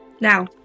Now